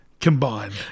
combined